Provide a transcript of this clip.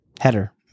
Header